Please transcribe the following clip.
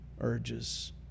urges